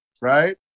right